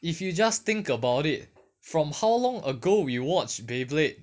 if you just think about it from how long ago we watched beyblade